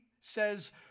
says